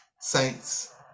saints